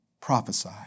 prophesy